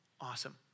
Awesome